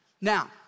Now